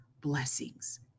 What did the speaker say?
blessings